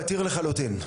פתיר לחלוטין.